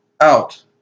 out